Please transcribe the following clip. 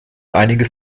einiges